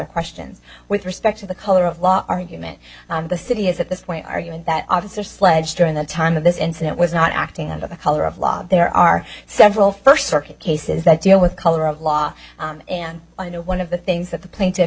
questions with respect to the color of law argument the city is at this point arguing that officer sledge during the time of this incident was not acting under the color of law there are several first circuit cases that deal with color of law and i know one of the things that the plaintiff